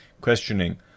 questioning